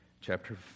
Chapter